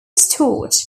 stewart